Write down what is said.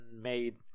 made